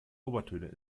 obertöne